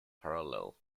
parallel